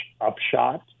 Upshot